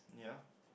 ya